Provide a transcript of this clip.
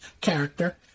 character